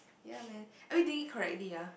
yea man have you did it correctly yea